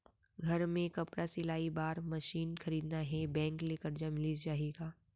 घर मे कपड़ा सिलाई बार मशीन खरीदना हे बैंक ले करजा मिलिस जाही का?